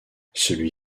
celui